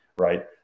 Right